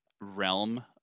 realm